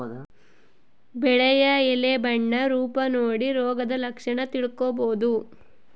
ಬೆಳೆಯ ಎಲೆ ಬಣ್ಣ ರೂಪ ನೋಡಿ ರೋಗದ ಲಕ್ಷಣ ತಿಳ್ಕೋಬೋದು